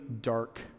dark